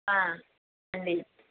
అండి